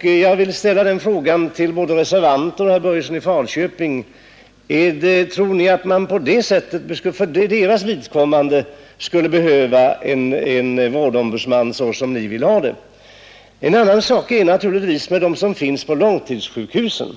Jag vill ställa frågan till reservanterna och till herr Börjesson i Falköping om de tror att man för dessa korttidspatienters vidkommande skulle behöva en vårdombudsman sådan som de vill ha. En annan sak är det naturligtvis med dem som finns på långtidssjukhusen.